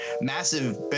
massive